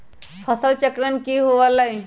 फसल चक्रण की हुआ लाई?